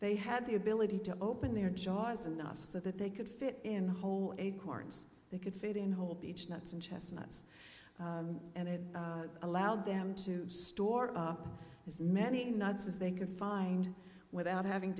they had the ability to open their jaws enough so that they could fit in the whole acorns they could fit in whole beechnuts and chestnuts and it allowed them to store up as many nuts as they could find without having